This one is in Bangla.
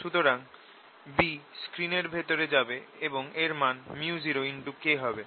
সুতরাং B স্ক্রিন এর ভেতরে যাবে এবং এর মান µ0K হবে